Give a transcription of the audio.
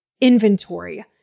inventory